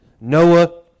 Noah